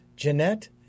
Jeanette